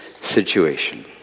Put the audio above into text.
situation